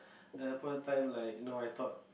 Apple time like no iPod